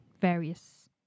various